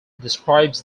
describes